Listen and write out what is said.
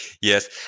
Yes